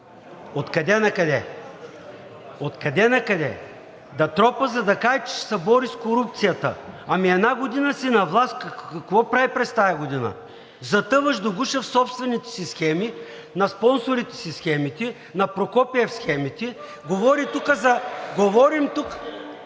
Откъде накъде? Откъде накъде? Да тропа, за да каже, че ще се бори с корупцията?! Ами една година си на власт, какво прави през тази година? Затъваш до гуша в собствените си схеми, на спонсорите си в схемите, на Прокопиев схемите? Говорим тука за… (Шум и